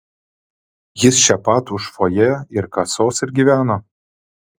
jis čia pat už fojė ir kasos ir gyveno